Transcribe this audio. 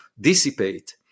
dissipate